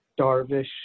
Darvish